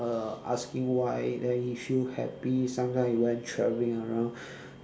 uh asking why then he feel happy sometimes he went traveling around